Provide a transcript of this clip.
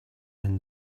and